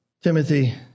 Timothy